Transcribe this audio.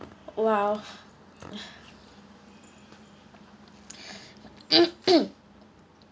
!wow!